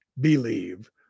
believe